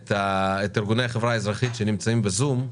את ארגוני החברה האזרחית שנמצאים ב-זום,